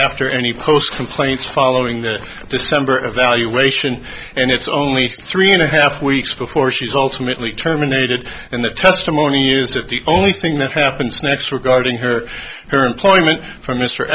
after any post complaints following the december evaluation and it's only three and a half weeks before she's alternately terminated and the testimony is that the only thing that happens next regarding her her employment for m